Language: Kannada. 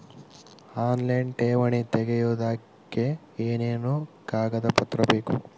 ಆನ್ಲೈನ್ ಠೇವಣಿ ತೆಗಿಯೋದಕ್ಕೆ ಏನೇನು ಕಾಗದಪತ್ರ ಬೇಕು?